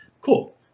Cool